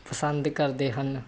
ਪਸੰਦ ਕਰਦੇ ਹਨ